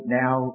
now